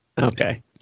Okay